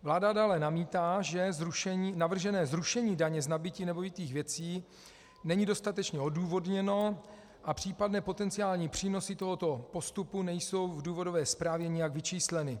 Vláda dále namítá, že navržené zrušení daně z nabytí nemovitých věcí není dostatečně odůvodněno a případné potenciální přínosy tohoto postupu nejsou v důvodové zprávě nijak vyčísleny.